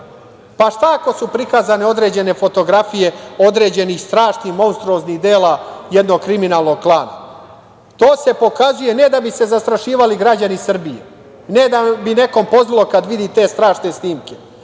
šta ako su prikazane određene fotografije određenih strašnih monstruoznih dela jednog kriminalnog klana? To se pokazuje ne da bi se zastrašivali građani Srbije, ne da bi nekom pozlilo kad vidi te strašne snimke,